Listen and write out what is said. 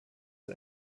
des